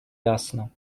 ясно